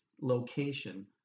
location